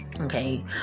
Okay